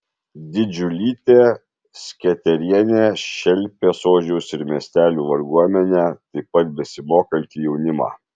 didžiulytė sketerienė šelpė sodžiaus ir miestelių varguomenę taip pat besimokantį jaunimą